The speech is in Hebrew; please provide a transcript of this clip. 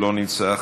לא נמצא,